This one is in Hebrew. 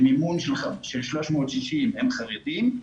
במימון של 360 הם חרדים.